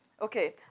Okay